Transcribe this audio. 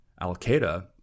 al-Qaeda